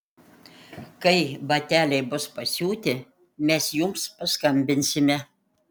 kai bateliai bus pasiūti mes jums paskambinsime